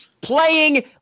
playing